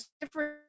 different